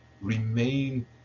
remain